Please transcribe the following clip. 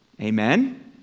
Amen